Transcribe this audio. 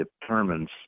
determines